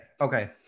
Okay